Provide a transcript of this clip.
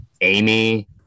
Amy